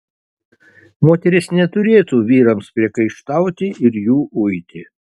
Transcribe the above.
moterys neturėtų vyrams priekaištauti ir jų uiti